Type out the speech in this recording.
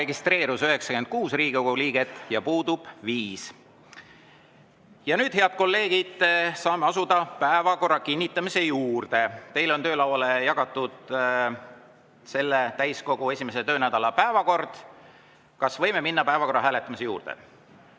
registreerus 96 Riigikogu liiget ja puudub 5. Nüüd, head kolleegid, saame asuda päevakorra kinnitamise juurde. Teie töölaudadele on jagatud selle täiskogu esimese töönädala päevakord. Kas võime minna päevakorra hääletamise juurde?